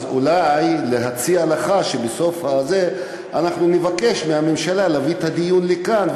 אז אולי אפשר להציע לך שבסוף נבקש מהממשלה להביא את הדיון לכאן,